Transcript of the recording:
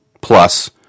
plus